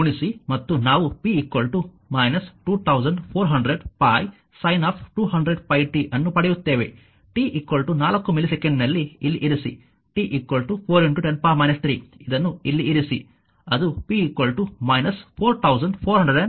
ಆದ್ದರಿಂದ ಇದು v ಮತ್ತು ಇದು i 4 cos 100πt ನ ಅಭಿವ್ಯಕ್ತಿ ಗುಣಿಸಿ ಮತ್ತು ನಾವು p 2400π sin 200πt ಅನ್ನು ಪಡೆಯುತ್ತೇವೆ t 4 ಮಿಲಿಸೆಕೆಂಡಿನಲ್ಲಿ ಇಲ್ಲಿ ಇರಿಸಿ t 4 10 3 ಇದನ್ನು ಇಲ್ಲಿ ಇರಿಸಿ ಅದು p 4431